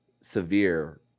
severe